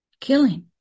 Killing